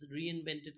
reinvented